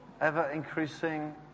Ever-increasing